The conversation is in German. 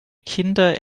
kinder